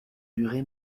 duré